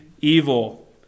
evil